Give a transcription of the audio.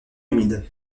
humides